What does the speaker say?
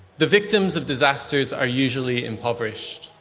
the victims of disasters are usually impoverished.